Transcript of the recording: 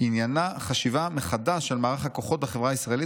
עניינה חשיבה מחדש על מערך הכוחות בחברה הישראלית